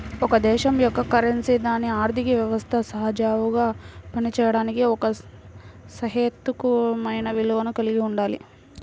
ఒక దేశం యొక్క కరెన్సీ దాని ఆర్థిక వ్యవస్థ సజావుగా పనిచేయడానికి ఒక సహేతుకమైన విలువను కలిగి ఉండాలి